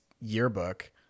yearbook